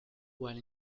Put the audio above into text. while